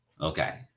Okay